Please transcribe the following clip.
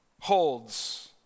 holds